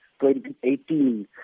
2018